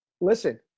listen